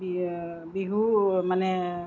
B Bihu মানে